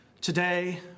Today